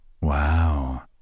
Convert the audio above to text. Wow